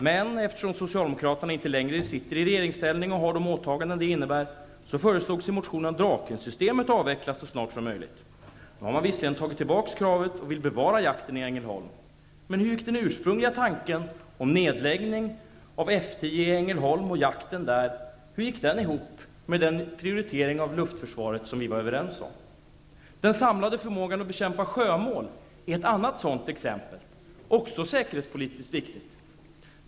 Men, eftersom Socialdemokraterna inte längre sitter i regeringsställning och har de åtaganden detta innebär, föreslogs i motionen att Drakensystemet skall avvecklas så snart som möjligt. Nu har man visserligen dragit tillbaka kravet och vill bevara jakten i Ängelholm, men hur gick den ursprungliga tanken om nedläggning av F 10 i Ängelholm och jakten där ihop med den prioritering av luftförsvaret som vi var överens om? Den samlade förmågan att bekämpa sjömål är ett annat sådant exempel, även det säkerhetspolitiskt viktigt.